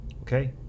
okay